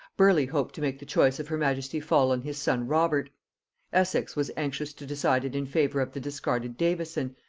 burleigh hoped to make the choice of her majesty fall on his son robert essex was anxious to decide it in favor of the discarded davison,